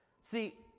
See